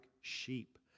sheep